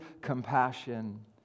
compassion